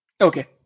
Okay